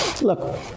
Look